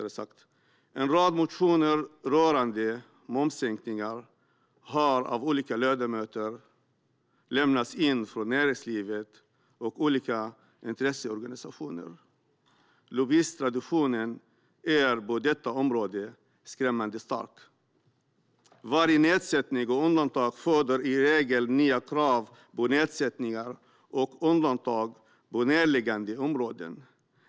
En rad motioner rörande momssänkningar har av olika ledamöter lämnats in från näringslivet och olika intresseorganisationer. Lobbyisttraditionen är på detta område skrämmande stark. Varje nedsättning och undantag föder i regel nya krav på nedsättningar och undantag på närliggande områden.